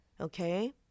okay